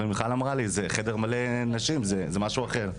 ומיכל אמרה לי, זה חדר מלא נשים, זה משהו אחר.